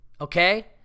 okay